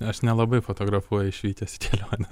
aš nelabai fotografuoju švykęs į kelionę